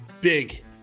big